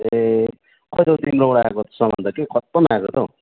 ए खै त हौ तिम्रोबाट आएको सामान त के खत्तम आएको छ त हौ